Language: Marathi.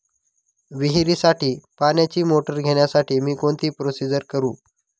विहिरीसाठी पाण्याची मोटर घेण्यासाठी मी कोणती प्रोसिजर करु?